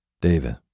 David